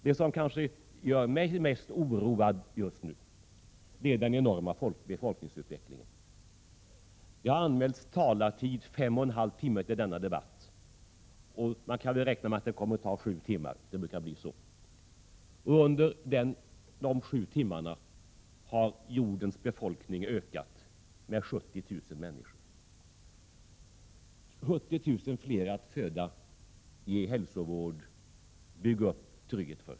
Det som kanske gör mig mest oroad just nu är den enorma befolkningsutvecklingen. Det har anmälts en talartid av 5,5 timmar till denna debatt, och man kan väl räkna med att den kommer att ta 7 timmar. Det brukar bli så. Under dessa 7 timmar har jordens befolkning ökat med 70 000 människor. Det är 70 000 fler att föda, ge hälsovård, bygga upp trygghet för.